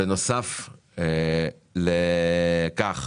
בנוסף לכך